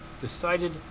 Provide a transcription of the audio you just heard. decided